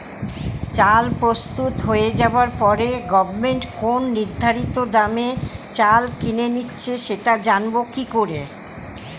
চাল প্রস্তুত হয়ে যাবার পরে গভমেন্ট কোন নির্ধারিত দামে চাল কিনে নিচ্ছে সেটা জানবো কি করে?